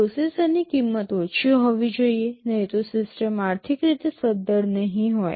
પ્રોસેસરની કિંમત ઓછી હોવી જોઈએ નહીં તો સિસ્ટમ આર્થિક રીતે સધ્ધર નહીં હોય